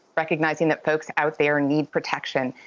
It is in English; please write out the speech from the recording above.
recognizing that folks out there need protection.